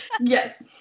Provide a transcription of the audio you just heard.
Yes